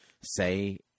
say